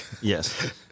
Yes